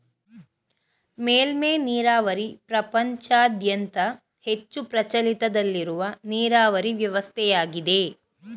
ಮೇಲ್ಮೆ ನೀರಾವರಿ ಪ್ರಪಂಚದಾದ್ಯಂತ ಹೆಚ್ಚು ಪ್ರಚಲಿತದಲ್ಲಿರುವ ನೀರಾವರಿ ವ್ಯವಸ್ಥೆಯಾಗಿದೆ